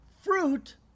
fruit